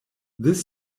this